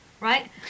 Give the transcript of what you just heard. right